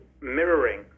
mirroring